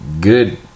good